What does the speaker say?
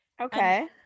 Okay